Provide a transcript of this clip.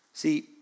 See